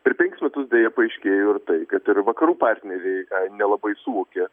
per penkis metus deja paaiškėjo ir tai kad ir vakarų partneriai nelabai suvokė